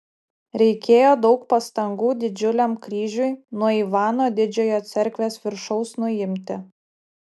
reikėjo daug pastangų didžiuliam kryžiui nuo ivano didžiojo cerkvės viršaus nuimti